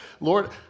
Lord